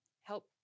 help